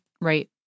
Right